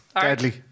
Deadly